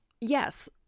yes